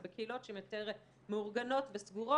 זה בקהילות שהן יותר מאורגנות וסגורות,